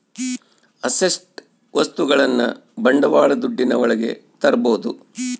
asset ವಸ್ತುಗಳನ್ನ ಬಂಡವಾಳ ದುಡ್ಡಿನ ಒಳಗ ತರ್ಬೋದು